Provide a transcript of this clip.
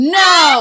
no